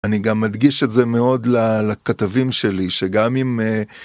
אני גם מדגיש את זה מאוד לכתבים שלי שגם אם.